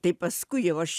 tai paskui jau aš